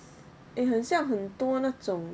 eh 很像很多那种